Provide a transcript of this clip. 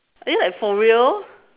are you like for real